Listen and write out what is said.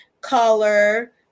color